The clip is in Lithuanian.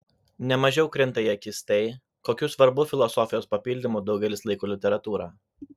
ne mažiau krinta į akis tai kokiu svarbiu filosofijos papildymu daugelis laiko literatūrą